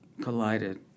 collided